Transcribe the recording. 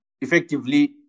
effectively